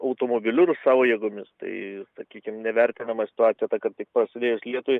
automobiliu ir savo jėgomis tai sakykim nevertinama situacija ta kad tik prasidėjus lietui